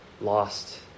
lost